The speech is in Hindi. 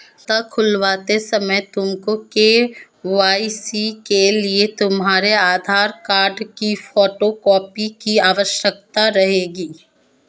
खाता खुलवाते समय तुमको के.वाई.सी के लिए तुम्हारे आधार कार्ड की फोटो कॉपी की आवश्यकता रहेगी